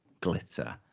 glitter